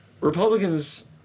Republicans